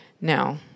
Now